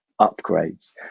upgrades